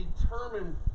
determined